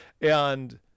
And-